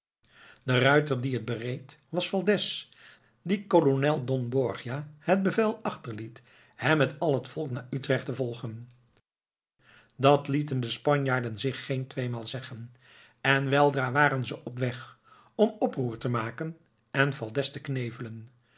de ruiter die het bereed was valdez die kolonel don borgia het bevel achterliet hem met al het volk naar utrecht te volgen dat lieten de spanjaarden zich geen tweemaal zeggen en weldra waren ze op weg om oproer te maken en valdez te knevelen